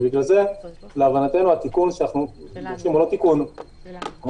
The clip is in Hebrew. ובגלל זה להבנתנו התיקון שאנחנו מבקשים הוא לא תיקון גדול,